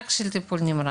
אוקיי, רק של טיפול נמרץ.